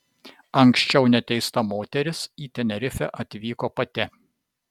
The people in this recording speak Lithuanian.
anksčiau neteista moteris į tenerifę atvyko pati